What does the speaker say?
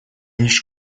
лишь